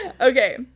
okay